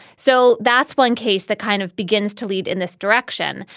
so that's one case that kind of begins to lead in this direction.